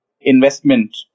investment